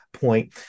point